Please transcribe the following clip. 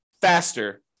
faster